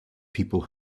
people